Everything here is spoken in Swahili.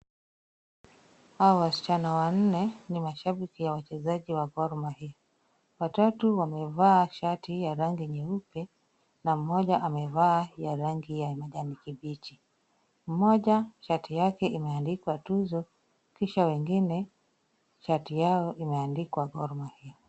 Hawa wasichana wanne ni mashabiki ya wachezaji ya Gor Mahia ,watatu wamevaa shati ya rangi nyeupe na mmoja amevaa ya rangi ya majani kibichi, mmoja Shati yake imetandikwa tuzo kisha wengine shati yao imetandikwa Gor Mahia.